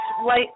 white